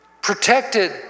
protected